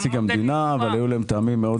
אני לא נציג המדינה אבל היו להם טעמים מאוד